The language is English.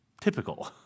typical